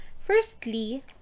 firstly